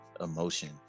emotion